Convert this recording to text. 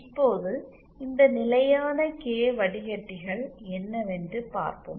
இப்போது இந்த நிலையான கே வடிகட்டிகள் என்னவென்று பார்ப்போம்